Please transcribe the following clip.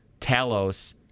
Talos